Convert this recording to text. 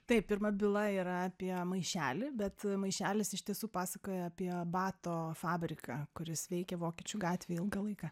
taip pirma byla yra apie maišelį bet maišelis iš tiesų pasakoja apie abato fabriką kuris veikė vokiečių gatvėj ilgą laiką